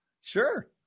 Sure